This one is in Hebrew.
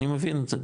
אני מבין את זה,